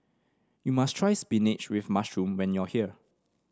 you must try spinach with mushroom when you are here